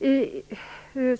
oräknat.